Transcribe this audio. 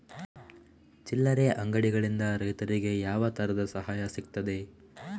ಚಿಲ್ಲರೆ ಅಂಗಡಿಗಳಿಂದ ರೈತರಿಗೆ ಯಾವ ತರದ ಸಹಾಯ ಸಿಗ್ತದೆ?